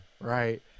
right